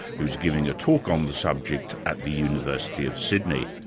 who's giving a talk on the subject at the university of sydney.